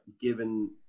given